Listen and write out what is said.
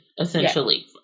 essentially